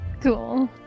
Cool